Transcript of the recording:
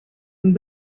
een